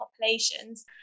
populations